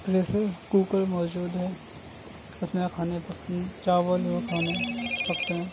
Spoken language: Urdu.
پریشر کوکر موجود ہے اس میں کھانے پکانا چاول اور کھانے پکتے ہیں